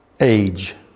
age